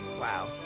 wow